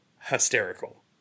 hysterical